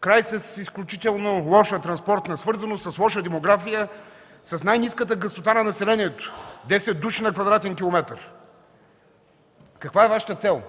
край с изключително лоша транспортна свързаност, с лоша демография, с най-ниската гъстота на населението – 10 души на квадратен километър. Каква е Вашата цел,